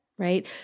right